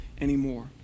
anymore